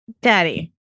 Daddy